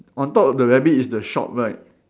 on top of the rabbit is the shop right